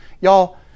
Y'all